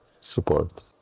support